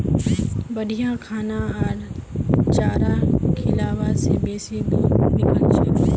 बढ़िया खाना आर चारा खिलाबा से बेसी दूध निकलछेक